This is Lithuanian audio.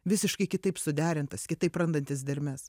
visiškai kitaip suderintas kitaip randantis dermes